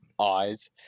eyes